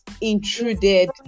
intruded